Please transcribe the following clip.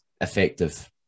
effective